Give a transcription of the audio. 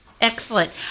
Excellent